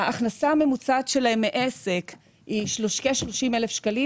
ההכנסה הממוצעת שלהם מעסק היא כ-30,000 ₪,